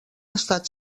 estat